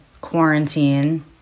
quarantine